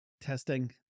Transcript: testing